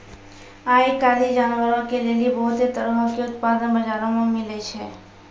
आइ काल्हि जानवरो के लेली बहुते तरहो के उत्पाद बजारो मे मिलै छै